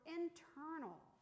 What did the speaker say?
internal